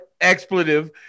expletive